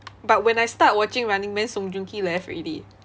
but when I start watching running man song joong ki left already